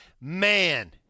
Man